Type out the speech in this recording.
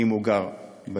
אם הוא גר במושב,